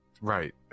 Right